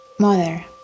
Mother